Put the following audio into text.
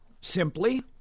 simply